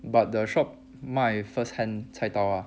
but the shop 卖 first hand 菜刀